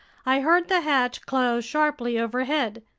i heard the hatch close sharply overhead.